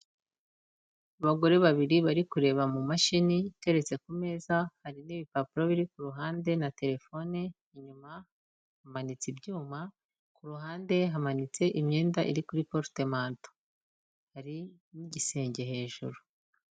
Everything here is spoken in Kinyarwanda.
Abagore babiri bari kureba mu mashini, iteretse ku meza, hari n'ibipapuro biri ku ruhande na terefone, inyuma hamanitse ibyuma, ku ruhande hamanitse imyenda iri kuri porutemanto, hari n'igisenge hejuru.